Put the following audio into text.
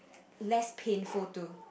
less painful to